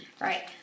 right